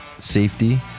safety